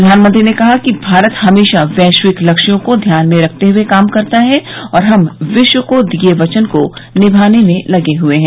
प्रधानमंत्री ने कहा कि भारत हमेशा वैश्विक लक्ष्यों को ध्यान में रखते हुए काम करता है और हम विश्व को दिए वचन को निभाने में लगे हुए हैं